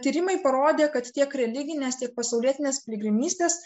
tyrimai parodė kad tiek religinės tiek pasaulietinės piligrimystės